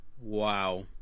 Wow